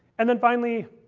and then, finally,